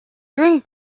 during